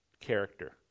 character